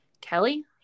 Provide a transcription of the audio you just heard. Kelly